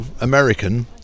american